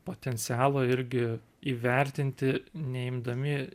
potencialo irgi įvertinti neimdami